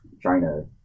China